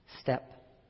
step